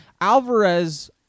Alvarez